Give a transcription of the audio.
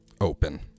open